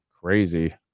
Crazy